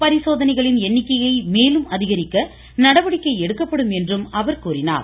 பரிசோதனைகளின் எண்ணிக்கையை மேலும் அதிகரிக்க நடவடிக்கை எடுக்கப்படும் என்றும் அவர் கூறினார்